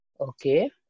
Okay